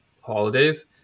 holidays